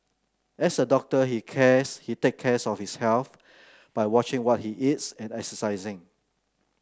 as a doctor he cares he take cares of his health by watching what he eats and exercising